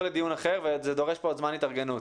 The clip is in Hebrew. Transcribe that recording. לדיון אחר וזה דורש כאן זמן התארגנות.